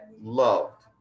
loved